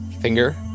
finger